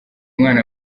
mwana